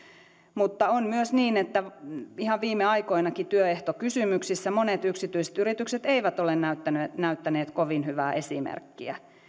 mutta on myös niin että ihan viime aikoinakin työehtokysymyksissä monet yksityiset yritykset eivät ole näyttäneet näyttäneet kovin hyvää esimerkkiä